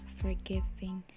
forgiving